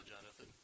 Jonathan